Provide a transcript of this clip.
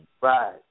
Right